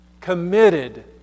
committed